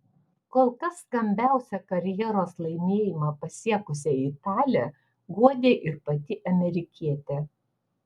kol kas skambiausią karjeros laimėjimą pasiekusią italę guodė ir pati amerikietė